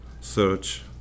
search